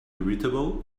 irritable